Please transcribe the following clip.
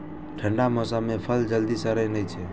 ठंढा मौसम मे फल जल्दी सड़ै नै छै